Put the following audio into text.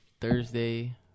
Thursday